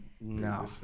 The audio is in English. No